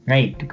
Right